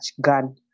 gun